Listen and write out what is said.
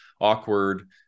awkward